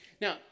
Now